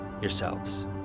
yourselves